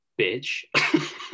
bitch